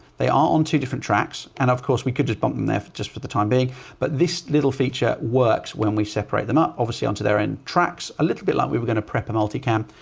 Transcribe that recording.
they are on two different tracks and of course we could just bump them there for just for the time being. but this little feature works when we separate them up, obviously onto their own and tracks a little bit like we were going to prep a multi-cam.